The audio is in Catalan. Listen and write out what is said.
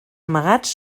amagats